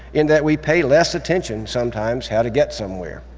in that we pay less attention, sometimes, how to get somewhere.